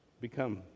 become